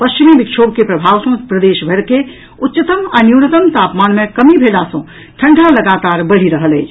पश्चिमी विक्षोभ के प्रभाव सँ प्रदेशभरि के उच्चतम आ न्यूनतम तापमान मे कमी भेला सँ ठंडा लगातार बढ़ि रहल अछि